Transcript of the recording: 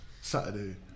Saturday